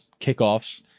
kickoffs